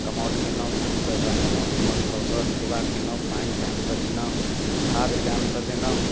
कमौट केनौ ढङ्गसँ एकरा कमौट तमौट कऽ कऽ सेवा केनौ पानि टाइमसँ देनौ खाद टाइमसँ देनौ